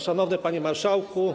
Szanowny Panie Marszałku!